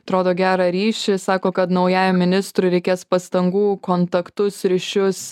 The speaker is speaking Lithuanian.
atrodo gerą ryšį sako kad naujajam ministrui reikės pastangų kontaktus ryšius